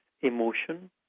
emotion